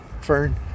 Fern